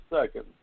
second